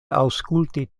aŭskulti